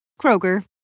Kroger